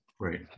right